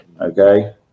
okay